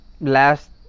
last